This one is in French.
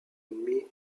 ennemis